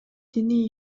диний